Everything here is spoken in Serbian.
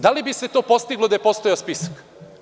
Da li bi se to postiglo da je postojao spisak?